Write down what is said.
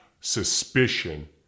suspicion